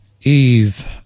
Eve